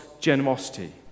generosity